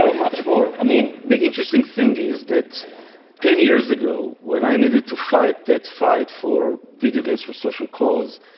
ah much more. i mean, the interesting thing is that ten years ago, when i needed to fight that fight for video games for social cause,